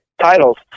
titles